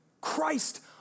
Christ